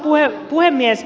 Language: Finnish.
arvoisa puhemies